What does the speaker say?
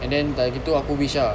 and then dah gitu aku wish ah